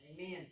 Amen